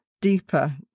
deeper